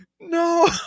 no